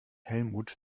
helmut